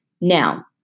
Now